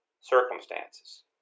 circumstances